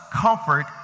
comfort